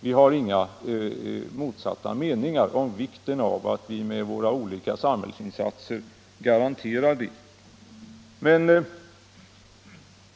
Vi har inga motsatta meningar om vikten av att med olika samhällsinsatser garantera yttrandefriheten.